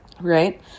right